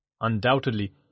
Undoubtedly